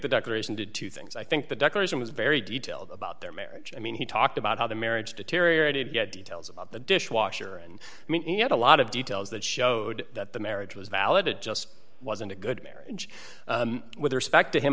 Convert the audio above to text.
the declaration did two things i think the declaration was very detailed about their marriage i mean he talked about how the marriage deteriorated get details of the dishwasher and you had a lot of details that showed that the marriage was valid it just wasn't a good marriage with respect to him